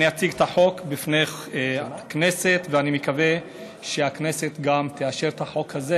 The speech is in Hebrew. אני אציג את החוק לפני הכנסת ואני מקווה שהכנסת גם תאשר את החוק הזה